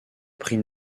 prix